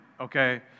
okay